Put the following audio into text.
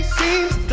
seems